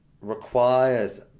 requires